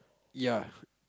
ya